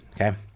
okay